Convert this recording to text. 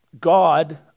God